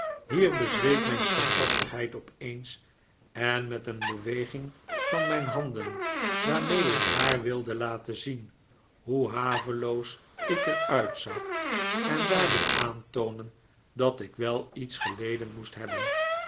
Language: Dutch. hier bezweek mijn standvastigheid opeens en met een beweging van mijn handen waarmee ik haar wilde laten zien hoe haveloos ik er uitzag en daardoor aantoonen dat ik wel iets geleden moest hebben